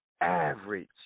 average